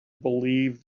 believe